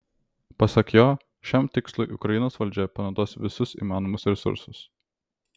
pasak jo šiam tikslui ukrainos valdžia panaudos visus įmanomus resursus